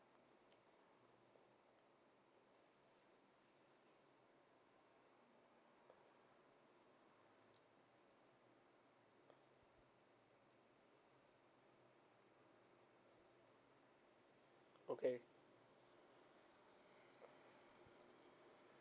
okay